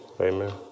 Amen